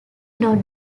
not